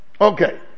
Okay